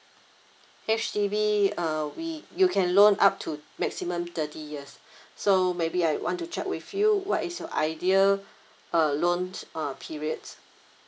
H_D_B err we you can loan up to maximum thirty years so maybe I want to check with you what is your ideal uh loan uh period